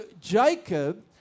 Jacob